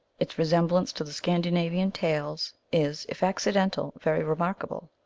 its resemblance to the scan dinavian tales is, if accidental, very remarkable.